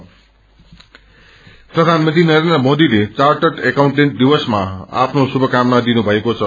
CA day प्रधानमन्त्री नरेन्द्र मोदीले chartered accountant दिवसमा आफ्नो श्रुभकामना दिनु भएको छ